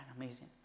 amazing